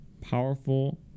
powerful